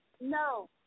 No